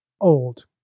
old